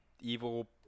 evil